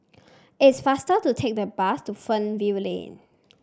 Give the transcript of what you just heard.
it's faster to take the bus to Fernvale Lane